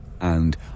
And